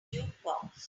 jukebox